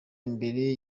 imbere